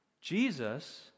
Jesus